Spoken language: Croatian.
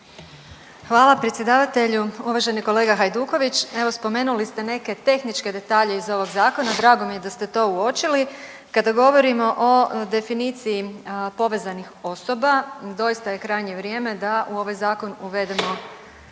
Hvala predsjedavatelju. Uvaženi kolega Hajduković, evo spomenuli ste neke tehničke detalje iz ovog zakona, drago mi je da ste to uočili. Kada govorimo o definiciji povezanih osoba, doista je krajnje vrijeme da u ovaj zakon uvedemo